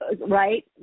right